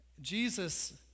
Jesus